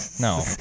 No